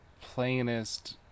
plainest